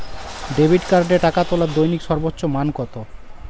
Debit কার্ডে টাকা তোলার দৈনিক সর্বোচ্চ মান কতো?